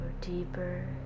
deeper